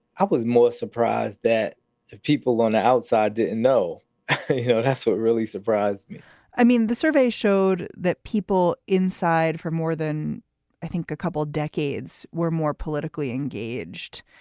i was more surprised that people on the outside didn't know it. that's what really surprised me i mean, the surveys showed that people inside for more than i think a couple decades were more politically engaged.